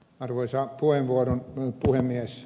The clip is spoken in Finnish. arvoisa puhemies